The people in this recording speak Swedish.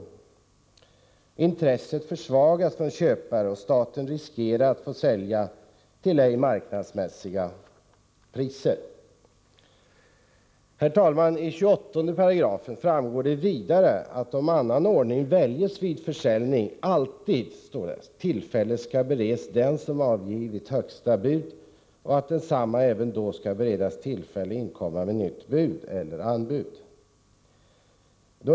Köparnas intresse försvagas, och staten riskerar att få sälja till ej marknadsmässiga priser. I 28 § står vidare att om annan ordning väljs vid försäljningen ”bör dock alltid tillfälle beredas den som avgivit högsta budet vid auktionen eller högsta anbudet efter annonsering att inkomma med nytt bud eller anbud ——".